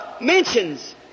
mentions